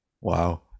wow